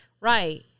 Right